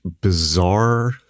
bizarre